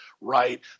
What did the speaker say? right